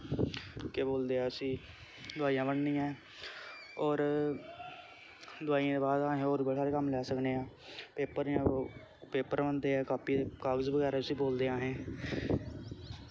केह् बोलदे ऐ उसी दवाइयां बनदियां ऐं होर दवाइयें दे बाद अस होर बी बड़े सारा कम्म लै सकने आं पेपर ओह् पेपर बनदे ऐ कापी दे कागज़ बगैरा जिसी बोलदे ऐ असें